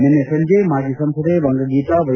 ನಿನ್ನೆ ಸಂಜೆ ಮಾಜಿ ಸಂಸದೆ ವಂಗಗೀತಾ ವೈ